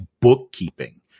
bookkeeping